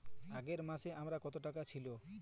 আগের মাসে আমার কত টাকা ছিল?